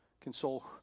console